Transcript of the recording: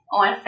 on